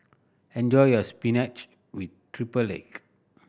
enjoy your spinach with triple egg